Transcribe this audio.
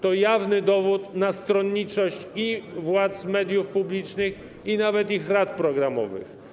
To jawny dowód na stronniczość władz mediów publicznych i nawet ich rad programowych.